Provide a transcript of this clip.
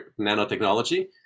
nanotechnology